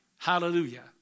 Hallelujah